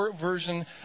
Version